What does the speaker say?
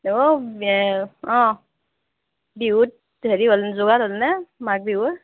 অ' এই অ' বিহুত হেৰি হ'লনে যোগাৰ হ'লনে মাঘ বিহুৰ